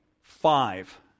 five